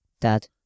Dad